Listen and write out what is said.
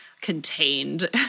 contained